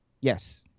Yes